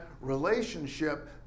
relationship